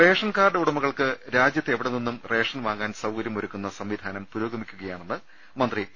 ration card ഉടമകൾക്ക് രാജ്യത്ത് എവിടെ നിന്നും റേഷൻ വാങ്ങാൻ സൌകര്യമൊരുക്കുന്ന സംവിധാനം പുരോഗമിക്കുകയാണെന്ന് മന്ത്രി പി